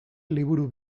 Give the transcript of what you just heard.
liburu